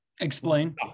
Explain